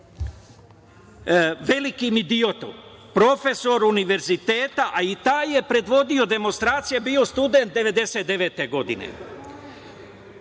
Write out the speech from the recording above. velikim idiotom, profesor univerziteta. A i taj je predvodio demonstracije, bio je student 1999. godine.